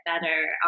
better